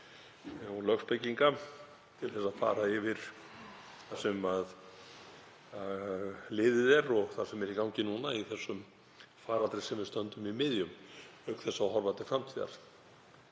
og lögspekinga til að fara yfir það sem liðið er og það sem er í gangi núna í þessum faraldri sem við stöndum í miðjum, auk þess að horfa til framtíðar.